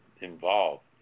involved